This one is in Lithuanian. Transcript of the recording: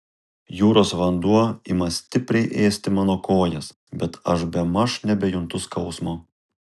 jūros vanduo ima stipriai ėsti mano kojas bet aš bemaž nebejuntu skausmo